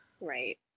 Right